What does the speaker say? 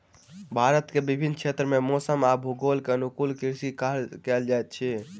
भारत के विभिन्न क्षेत्र में मौसम आ भूगोल के अनुकूल कृषि कार्य कयल जाइत अछि